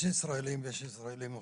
יש ישראלים ויש ישראלים מוכשרים,